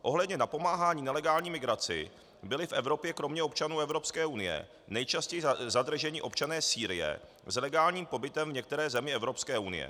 Ohledně napomáhání nelegální migraci byli v Evropě kromě občanů Evropské unie nejčastěji zadrženi občané Sýrie s legálním pobytem v některé zemi Evropské unie.